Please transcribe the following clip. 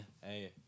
Hey